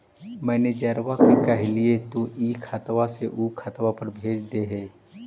मैनेजरवा के कहलिऐ तौ ई खतवा से ऊ खातवा पर भेज देहै?